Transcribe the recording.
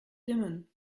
dimmen